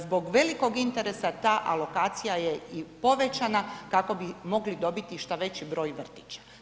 Zbog velikog interesa ta alokacija je i povećana, kako bi mogli dobiti i što veći broj vrtića.